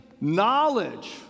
knowledge